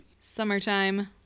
Summertime